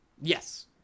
Yes